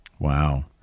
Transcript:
Wow